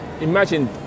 Imagine